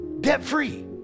debt-free